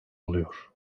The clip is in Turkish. oluyor